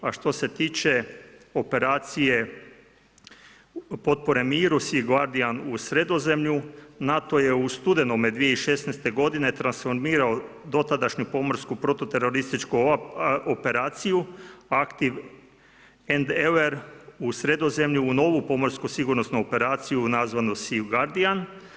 A što se tiče operacije potpore miru SEA GUARDIAN u Sredozemlju, NATO je u studenome 2016. godine transformirao dotadašnju pomorsku protuterorističku operaciju … u Sredozemlju u novu pomorsku sigurnosnu operaciju nazvanu SEA GUARDIAN.